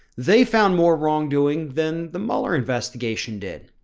they found more wrongdoing. then the mueller investigation did